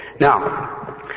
Now